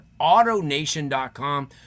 AutoNation.com